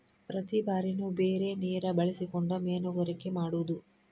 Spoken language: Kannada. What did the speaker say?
ಪ್ರತಿ ಬಾರಿನು ಬೇರೆ ನೇರ ಬಳಸಕೊಂಡ ಮೇನುಗಾರಿಕೆ ಮಾಡುದು